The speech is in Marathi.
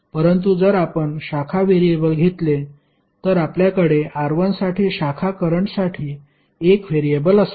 परंतु जर आपण शाखा व्हेरिएबल घेतले तर आपल्याकडे R1 साठी शाखा करंटसाठी 1 व्हेरिएबल असेल